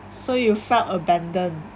so you felt abandoned